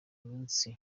munsi